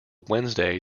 wednesday